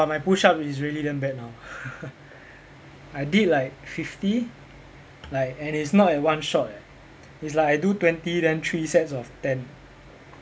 !wah! my push-up is really damn bad now I did like fifty like and it's not at one shot eh it's like I do twenty then three sets of ten